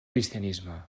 cristianisme